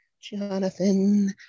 Jonathan